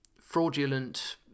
fraudulent